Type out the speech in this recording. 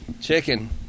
Chicken